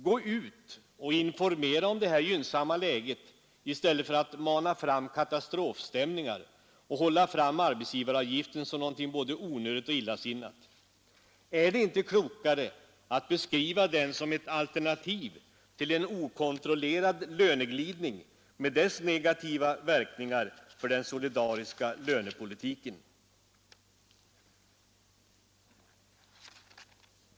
Gå ut och informera om det här gynnsamma läget i stället för att mana fram katastrofstämningar och framhålla arbetsgivaravgiften som något både onödigt och illasinnat! Är det inte klokare att beskriva den som ett alternativ till en okontrollerad löneglidning med dess negativa verkningar för den solidariska lönepolitiken?